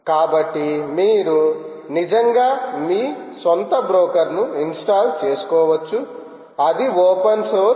కాబట్టి మీరు నిజంగా మీ స్వంత బ్రోకర్ ను ఇన్స్టాల్ చేసుకోవచ్చు అది ఓపెన్ సోర్స్